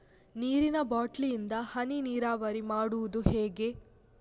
ನೀರಿನಾ ಬಾಟ್ಲಿ ಇಂದ ಹನಿ ನೀರಾವರಿ ಮಾಡುದು ಹೇಗೆ?